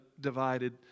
divided